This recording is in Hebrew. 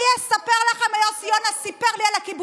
אני אספר לכם מה יוסי יונה סיפר לי על הקיבוצים.